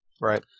Right